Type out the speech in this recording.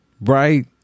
right